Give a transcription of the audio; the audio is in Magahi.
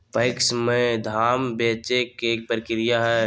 पैक्स में धाम बेचे के प्रक्रिया की हय?